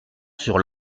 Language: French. sur